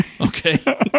Okay